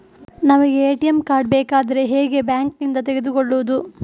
ನಮಗೆ ATM card ಬೇಕಾದ್ರೆ ಹೇಗೆ ಬ್ಯಾಂಕ್ ನಿಂದ ತೆಗೆದುಕೊಳ್ಳುವುದು?